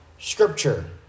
Scripture